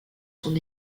son